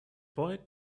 boy